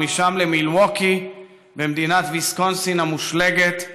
ומשם למילווקי במדינת ויסקונסין המושלגת,